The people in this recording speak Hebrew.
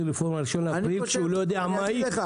רפורמה ב-1 באפריל כשהוא לא יודע מה היא,